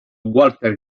walter